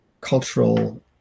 cultural